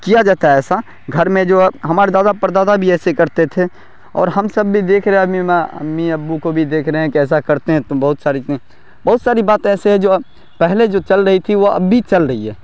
کیا جاتا ہے ایسا گھر میں جو ہمارے دادا پردادا بھی ایسے کرتے تھے اور ہم سب بھی دیکھ رہے امی ابو کو بھی دیکھ رہے ہیں کیسا کرتے ہیں تو بہت سارے چیزیں بہت ساری باتے ایسے ہے جو پہلے جو چل رہی تھی وہ اب بھی چل رہی ہے